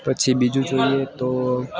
પછી બીજું જોઈએ તો